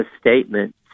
statement